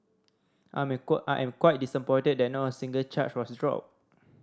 I'm I am quite disappointed that not a single charge was dropped